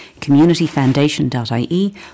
communityfoundation.ie